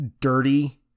dirty